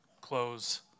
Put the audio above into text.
close